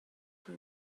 for